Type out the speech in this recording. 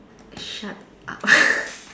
shut up